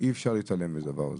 אי אפשר להתעלם מהדבר הזה.